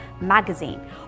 magazine